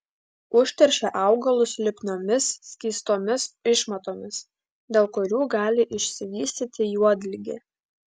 užteršia augalus lipniomis skystomis išmatomis dėl kurių gali išsivystyti juodligė